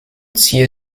zier